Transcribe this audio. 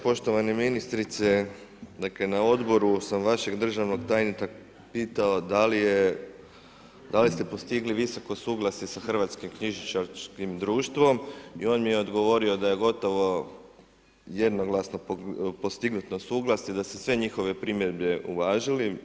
Poštovana ministrice, dakle, na odboru sam vašeg državnog tajnika, pitao da li ste postigli visoko suglasje sa Hrvatskim knjižničarskim društvom i on mi je odgovorio da je gotovo jednoglasno postignuto suglasje, da ste sve njihove primjedbe uvažili.